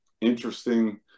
interesting